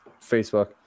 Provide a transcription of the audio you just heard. Facebook